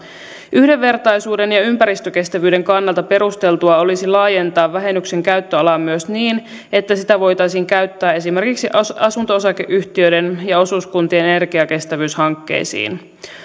yhdenvertaisuuden ja ympäristökestävyyden kannalta perusteltua olisi laajentaa vähennyksen käyttöalaa myös niin että sitä voitaisiin käyttää esimerkiksi asunto osakeyhtiöiden ja osuuskuntien energiakestävyyshankkeisiin